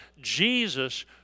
Jesus